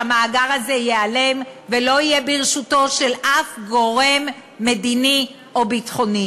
שהמאגר הזה ייעלם ולא יהיה ברשותו של אף גורם מדיני או ביטחוני.